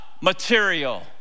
material